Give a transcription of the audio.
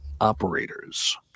operators